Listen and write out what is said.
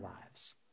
lives